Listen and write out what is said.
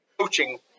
coaching